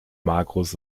markus